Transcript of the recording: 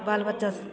बाल बच्चासभ